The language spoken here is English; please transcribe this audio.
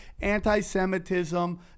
anti-Semitism